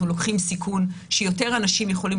אנחנו לוקחים סיכון שיותר אנשים יכולים